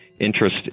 interest